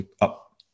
up